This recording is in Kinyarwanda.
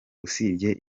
usibye